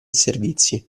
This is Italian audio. servizi